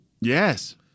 Yes